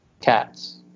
Cats